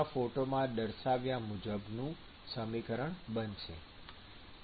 ફોટોમાં દર્શાવ્યા મુજબનું સમીકરણ બનશે